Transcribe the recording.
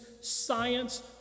science